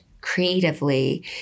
creatively